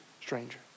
stranger